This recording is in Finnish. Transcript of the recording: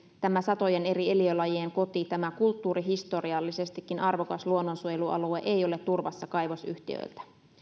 tämä satojen eri eliölajien koti tämä kulttuurihistoriallisestikin arvokas luonnonsuojelualue ei ole turvassa kaivosyhtiöiltä